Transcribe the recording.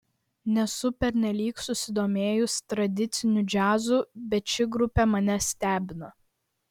nesu pernelyg susidomėjus tradiciniu džiazu bet ši grupė mane stebina